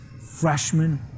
freshmen